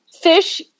fish